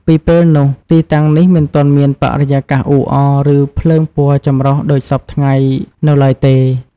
ពីពេលនោះ ទីតាំងនេះមិនទាន់មានបរិយាកាសអ៊ូអរ ឬភ្លើងពណ៌ចម្រុះដូចសព្វថ្ងៃនៅឡើយទេ។